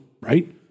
right